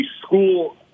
school